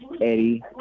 Eddie